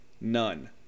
None